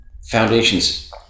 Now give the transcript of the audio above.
Foundations